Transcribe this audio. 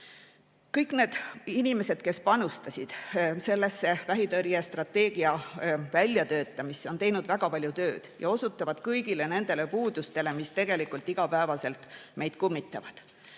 Kõik need inimesed, kes panustasid vähitõrje strateegia väljatöötamisse, on teinud väga palju tööd ja osutavad kõigile nendele puudustele, mis tegelikult iga päev meid kummitavad.